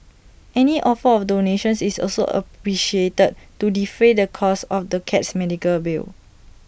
any offer of donations is also appreciated to defray the costs of the cat's medical bill